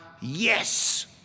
yes